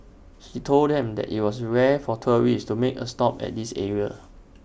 he told them that IT was rare for tourists to make A stop at this area